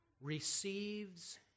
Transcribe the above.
receives